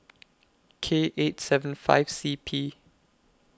K eight seven five C P